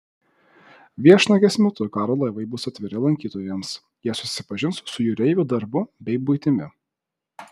viešnagės metu karo laivai bus atviri lankytojams jie susipažins su jūreivių darbu bei buitimi